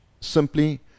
simply